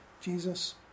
Jesus